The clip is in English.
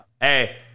Hey